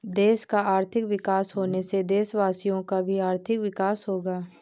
देश का आर्थिक विकास होने से देशवासियों का भी आर्थिक विकास होगा